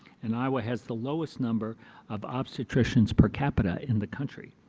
and iowa has the lowest number of obstetricians per capita in the country.